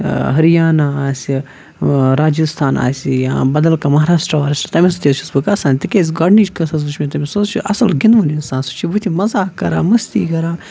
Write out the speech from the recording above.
ۂریانہ آسہِ راجِستھان آسہِ یا بدل کانٛہہ مہراشٹرٛا وہراشٹرٛا تٔمِس سۭتۍ حظ چھُس بہٕ گژھان تِکیٛازِ گۄڈٕنِچ کَتھ حظ وٕچھ مےٚ تٔمِس سُہ حظ چھِ اَصٕل گِنٛدوُن اِنسان سُہ چھُ بٕتھِ مَزاق کَران مٔستی کَران